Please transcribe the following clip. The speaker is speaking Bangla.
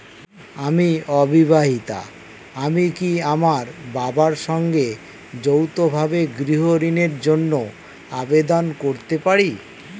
আমি অবিবাহিতা আমি কি আমার বাবার সঙ্গে যৌথভাবে গৃহ ঋণের জন্য আবেদন করতে পারি?